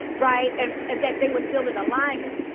right. and and that they were still in alignment.